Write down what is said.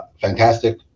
fantastic